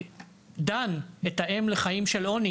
דן את האם לחיים של עוני,